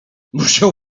musiał